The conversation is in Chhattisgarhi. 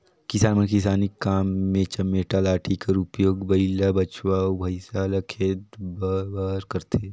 किसान मन किसानी काम मे चमेटा लाठी कर उपियोग बइला, बछवा अउ भइसा ल खेदे बर करथे